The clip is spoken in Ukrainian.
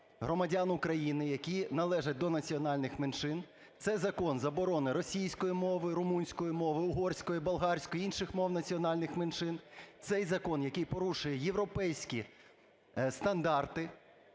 громадян України, які належать до національних меншин, це закон заборони російської мови, румунської мови, угорської, болгарської, інших мов національних меншин, цей закон, який порушує європейські стандарти,